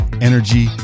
energy